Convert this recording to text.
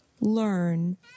learn